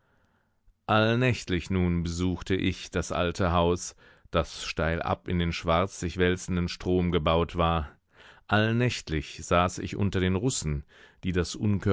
allnächtlich nun besuchte ich das alte haus das steilab in den schwarz sich wälzenden strom gebaut war allnächtlich saß ich unter den russen die das